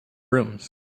rooms